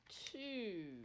Two